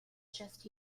just